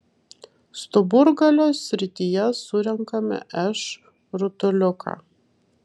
stuburgalio srityje surenkame š rutuliuką